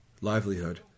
Livelihood